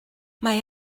mae